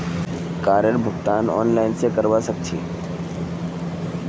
कारेर भुगतान ऑनलाइन स करवा सक छी